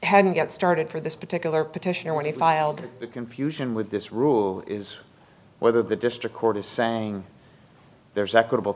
hadn't got started for this particular petition or when he filed the confusion with this rule is whether the district court is saying there's equitable